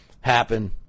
happen